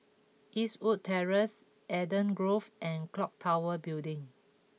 Eastwood Terrace Eden Grove and Clock Tower Building